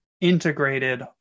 integrated